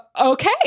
okay